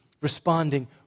responding